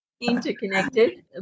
interconnected